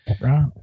right